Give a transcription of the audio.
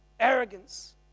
arrogance